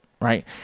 right